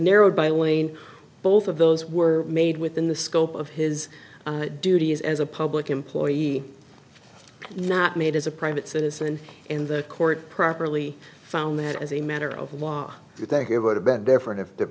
narrowed by lane both of those were made within the scope of his duties as a public employee not made as a private citizen and the court properly found that as a matter of law do you think it would have been different if th